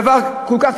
דבר כל כך טריוויאלי,